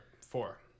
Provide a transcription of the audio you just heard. four